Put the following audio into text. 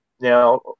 Now